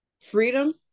Freedom